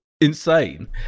insane